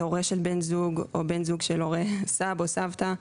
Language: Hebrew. הורה של בן זוג או בן זוג של הורה, סבא או סבתא,